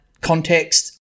context